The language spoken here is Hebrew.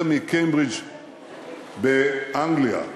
יותר מקיימברידג' באנגליה.